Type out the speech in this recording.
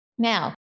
Now